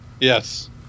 Yes